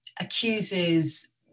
accuses